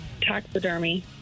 Taxidermy